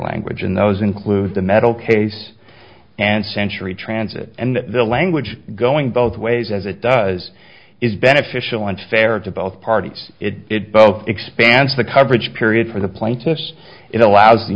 language and those include the metal case and century transit and the language going both ways as it does is beneficial and fair to both parties it both expands the coverage period for the plaintiffs it allows the